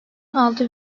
altı